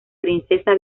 princesa